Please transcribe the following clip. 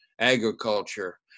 agriculture